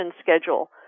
schedule